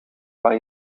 waar